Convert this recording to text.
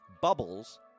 Bubbles